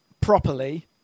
properly